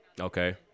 Okay